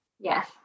Yes